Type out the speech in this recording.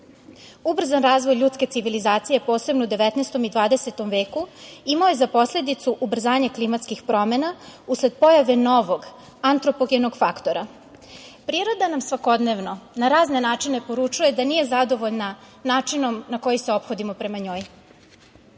ubrzan razvoj ljudske civilizacije posebno u 19 i 20 veku imao je za posledicu ubrzanje klimatskih promena usled pojave novog anropogenog faktora. Priroda nam svakodnevno na razne načine poručuje da nije zadovoljna načinom na koji se ophodimo prema njoj